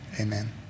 Amen